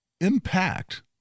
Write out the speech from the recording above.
impact